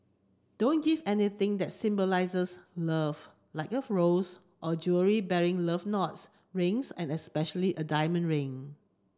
don't give anything that symbolises love like a rose or jewellery bearing love knots rings and especially a diamond ring